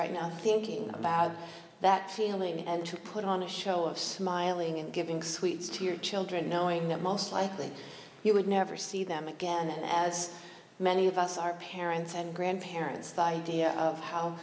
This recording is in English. right now thinking about that feeling and to put on a show of smiling and giving sweets to your children knowing that most likely you would never see them again as many of us are parents and grandparents the idea of how